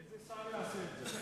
איזה שר יעשה את זה?